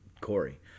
Corey